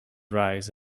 rise